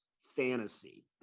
fantasy